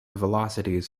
velocities